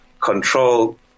control